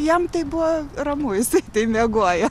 jam tai buvo ramu jisai tai miegojo